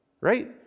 Right